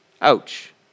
ouch